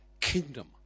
kingdom